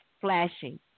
flashing